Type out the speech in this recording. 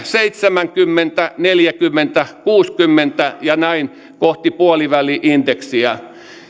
viiva seitsemänkymmentä ja neljäkymmentä viiva kuusikymmentä ja näin kohti puoliväli indeksiä